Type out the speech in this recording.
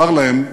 הוא אמר להם: